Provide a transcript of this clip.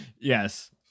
yes